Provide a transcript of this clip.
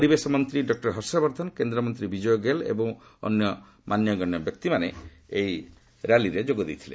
ପରିବେଶ ମନ୍ତ୍ରୀ ଡକ୍ଟର ହର୍ଷବର୍ଦ୍ଧନ କେନ୍ଦ୍ରମନ୍ତ୍ରୀ ବିଜୟ ଗୋଏଲ୍ ଏବଂ ଅନ୍ୟ ବିଶିଷ୍ଟ ବ୍ୟକ୍ତିମାନେ ଏହି ର୍ୟାଲିରେ ଯୋଗ ଦେଇଥିଲେ